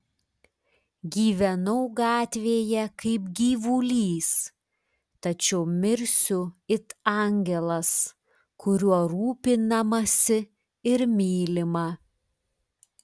gyvenau gatvėje kaip gyvulys tačiau mirsiu it angelas kuriuo rūpinamasi ir mylima